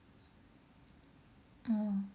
orh